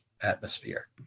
atmosphere